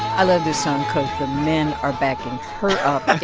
i love this song because the men are backing her up